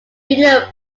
video